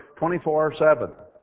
24-7